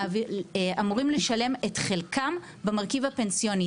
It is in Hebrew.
אמורים לשלם את חלקם במרכיב הפנסיוני.